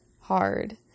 hard